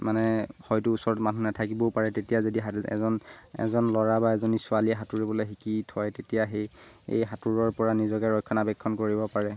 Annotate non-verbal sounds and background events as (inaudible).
মানে হয়তো ওচৰত মানুহ নাথাকিবও পাৰে তেতিয়া যদি (unintelligible) এজন এজন ল'ৰা বা এজনী ছোৱালীয়ে সাঁতুৰিবলৈ শিকি থয় তেতিয়া সেই এই সাঁতোৰৰপৰা নিজকে ৰক্ষণাবেক্ষণ কৰিব পাৰে